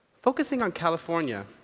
focusing on california,